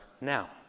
now